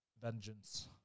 Vengeance